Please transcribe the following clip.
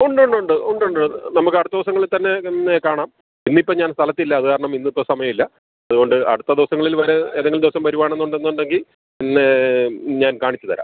ഉണ്ടുണ്ടുണ്ട് ഉണ്ടുണ്ട് നമുക്കടുത്ത ദിവസങ്ങളിൽ തന്നെ ചെന്ന് കാണാം ഇന്നിപ്പം ഞാൻ സ്ഥലത്തില്ല അത് കാരണം ഇന്നിപ്പോൾ സമയം ഇല്ല അതുകൊണ്ട് അടുത്ത ദിവസങ്ങളിൽ വരെ ഏതെങ്കിലും ദിവസം വരുവാണെന്നുണ്ടെന്നുണ്ടെങ്കിൽ പിന്നെ ഞാൻ കാണിച്ച് തരാം